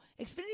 Xfinity